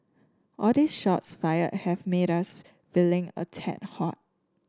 all these shots fired have made us feeling a tad hot